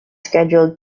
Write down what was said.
scheduled